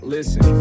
Listen